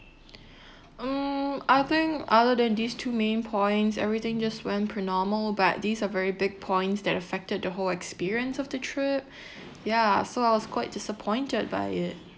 mm I think other than these two main points everything just went per normal but these are very big points that affected the whole experience of the trip ya so I was quite disappointed by it